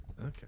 Okay